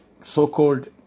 so-called